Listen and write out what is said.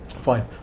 Fine